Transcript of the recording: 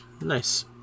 Nice